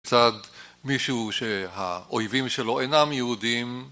מצד מישהו שהאויבים שלו אינם יהודים